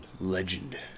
Legend